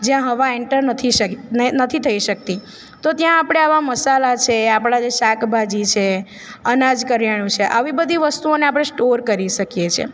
જ્યાં હવા એન્ટર નથી શઈ નથી થઈ શકતી તો ત્યાં આપણે આવા મસાલા છે આપણા જે શાકભાજી છે અનાજ કરિયાણું છે આવી બધી વસ્તુઓને આપણે સ્ટોર કરી શકીએ છીએ